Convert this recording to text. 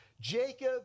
Jacob